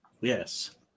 Yes